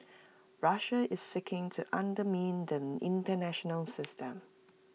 Russia is seeking to undermine the International system